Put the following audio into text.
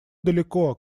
далеко